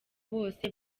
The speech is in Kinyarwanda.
bose